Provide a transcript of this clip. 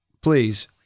please